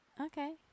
Okay